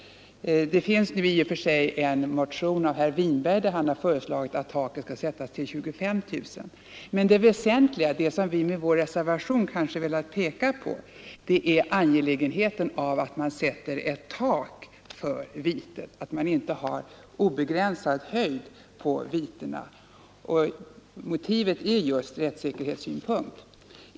Det finns i och för sig en motion, där herr Winberg har föreslagit att taket skall sättas till 25 000 kronor. Det väsentliga — det som vi velat peka på med vår reservation — är emellertid angelägenheten av att sätta ett tak för vitet och inte ha obegränsad höjd. Motivet till det är just rättssäkerheten.